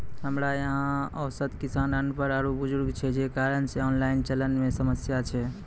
हमरा यहाँ औसत किसान अनपढ़ आरु बुजुर्ग छै जे कारण से ऑनलाइन चलन मे समस्या छै?